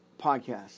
podcast